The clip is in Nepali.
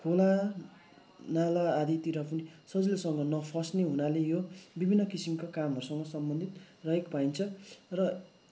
खोला नाला आदितिर पनि सजिलोसँग नफस्ने हुनाले यो विभिन्न किसिमका कामहरूसँग सम्बन्धित रहेको पाइन्छ र